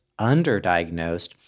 underdiagnosed